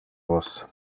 vos